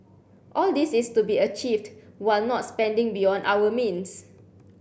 all this is to be achieved while not spending beyond our means